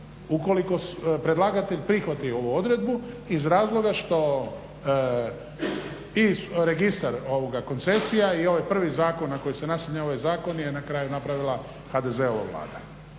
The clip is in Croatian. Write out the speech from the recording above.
ukoliko predlagatelj prihvati ovo odredbu iz razloga što i Registar koncesija i ovaj prvi zakon na koji se naslanja ovaj zakon je na kraju napravila HDZ-ova vlada.